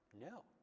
No